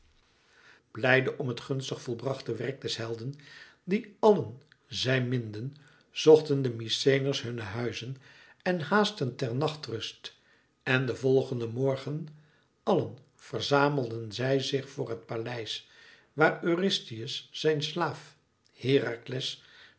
blijde om het gunstig volbrachte werk des helden dien allen zij minden zochten de mykenæërs hunne huizen en haastten ter nachtrust en den volgenden morgen allen verzamelden zij zich voor het paleis waar eurystheus zijn slaaf herakles